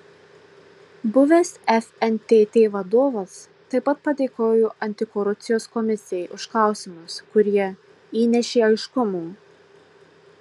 buvęs fntt vadovas taip pat padėkojo antikorupcijos komisijai už klausimus kurie įnešė aiškumo